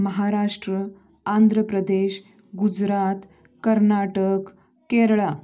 Maharashtra Andhra Pradesh Gujarat Karnataka Kerala